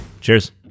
Cheers